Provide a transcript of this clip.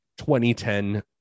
2010